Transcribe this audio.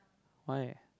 why